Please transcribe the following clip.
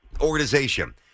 organization